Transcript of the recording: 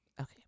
Okay